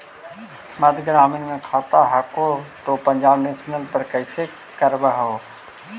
मध्य ग्रामीण मे खाता हको तौ पंजाब नेशनल पर कैसे करैलहो हे?